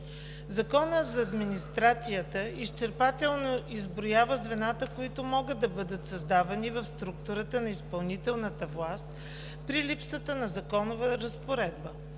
Законът за администрацията изчерпателно изброява звената, които могат да бъдат създавани в структурата на изпълнителната власт при липсата на законова разпоредба.